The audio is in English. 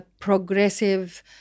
progressive